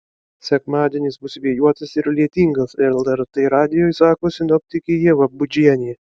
sekmadienis bus vėjuotas ir lietingas lrt radijui sako sinoptikė ieva budžienė